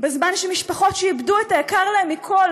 בזמן שמשפחות שאיבדו את היקר להן מכול